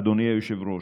אדוני היושב-ראש.